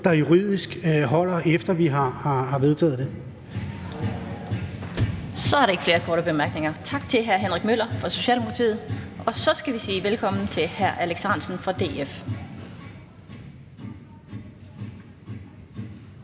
Den fg. formand (Annette Lind): Så er der ikke flere korte bemærkninger. Tak til hr. Henrik Møller fra Socialdemokratiet. Og så skal vi sige velkommen til hr. Alex Ahrendtsen fra DF. Kl.